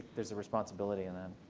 there's a responsibility in that.